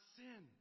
sin